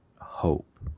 hope